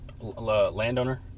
landowner